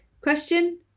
Question